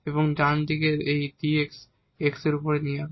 এবং ডান হাতটি এই dx x এর উপরে নিয়ে যাবে